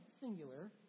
singular